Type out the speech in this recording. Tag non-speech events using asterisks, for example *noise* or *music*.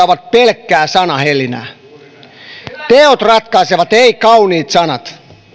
*unintelligible* ovat pelkkää sanahelinää teot ratkaisevat eivät kauniit sanat